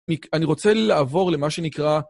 אני רוצה לעבור למה שנקרא...